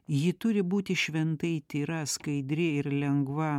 ji turi būti šventai tyra skaidri ir lengva